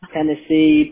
Tennessee